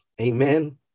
Amen